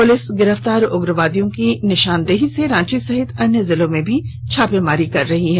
police गिरफ्तार उग्रवादियों की निशानदेही से रांची सहित अन्य जिलों में भी छापेमारी कर रही है